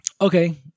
Okay